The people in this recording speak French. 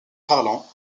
parlant